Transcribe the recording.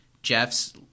jeff's